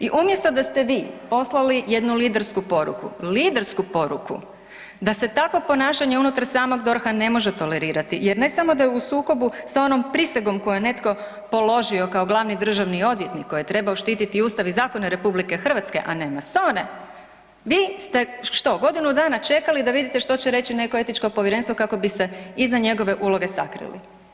I umjesto da ste vi poslali jednu lidersku poruku, lidersku poruku da se takvo ponašanje unutar samog DORH-a ne može tolerirati jer ne samo da je u sukobu sa onom prisegom koju je netko položio kao glavni državni odvjetnik koji je trebao štititi Ustav i zakon RH, a ne masone, vi ste što, godinu dana čekali da vidite što će reći nekako etičko povjerenstvo kako bi se iza njegove uloge sakrili.